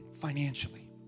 financially